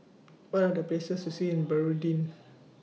What Are The Best Places to See in Burundi